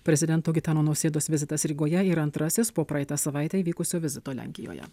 prezidento gitano nausėdos vizitas rygoje ir antrasis po praeitą savaitę įvykusio vizito lenkijoje